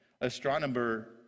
astronomer